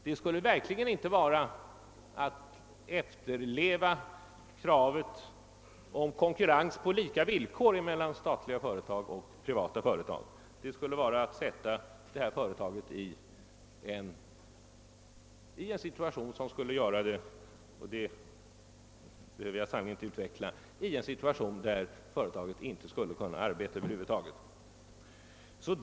Det skulle verkligen inte vara att efterleva kravet om konkurrens på lika villkor mellan statliga företag och privata företag. Då skulle man försätta företaget i en situation — det behöver jag sannerligen inte utveckla — i vilken företaget över huvud taget inte skulle kunna arbeta.